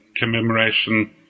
commemoration